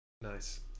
Nice